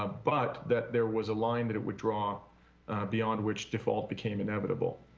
ah but that there was a line that it would draw beyond which default became inevitable.